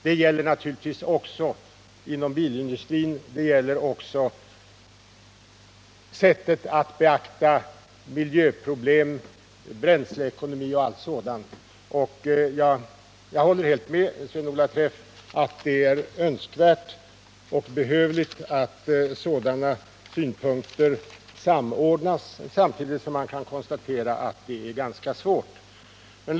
Detta gäller naturligtvis också inom bilindustrin liksom i sättet att beakta miljöproblem, frågor om bränsleekonomi och liknande. Jag håller helt med Sven-Olof Träff om att det är önskvärt och behövligt att sådana synpunkter samordnas, men samtidigt kan man konstatera att det är ganska svårt att genomföra.